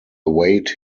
await